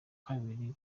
kabiri